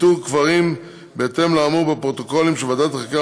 איתור קברים בהתאם לאמור בפרוטוקולים של ועדת החקירה